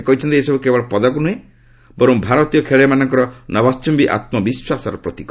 ସେ କହିଛନ୍ତି ଏସବୂ କେବଳ ପଦକ ନ୍ଦୁହେଁ ବରଂ ଭାରତୀୟ ଖେଳାଳି ମାନଙ୍କର ନଭଷ୍ଟୁମୀ ଆମ୍ବିଶ୍ୱାସର ପ୍ରତୀକ